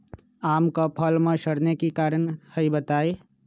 आम क फल म सरने कि कारण हई बताई?